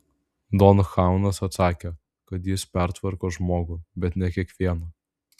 don chuanas atsakė kad jis pertvarko žmogų bet ne kiekvieną